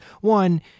One